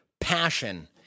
passion